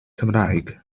cymraeg